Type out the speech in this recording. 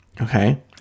Okay